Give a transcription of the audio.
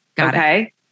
Okay